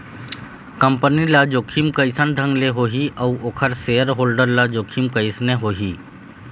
Company ल जोखिम कइसन ढंग ले होही अउ ओखर सेयर होल्डर ल जोखिम कइसने होही?